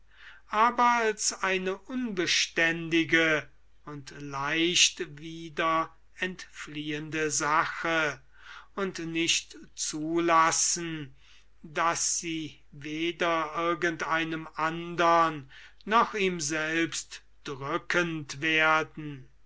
aber als eine unbeständige und leicht wieder entfliehende sache und nicht zulassen daß sie weder irgend einem andern noch ihm selbst drückend werden